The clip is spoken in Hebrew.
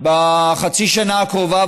בחצי השנה הקרובה,